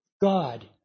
God